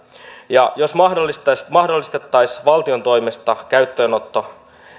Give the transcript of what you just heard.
ja jos käyttöönotto mahdollistettaisiin valtion toimesta